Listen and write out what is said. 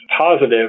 positive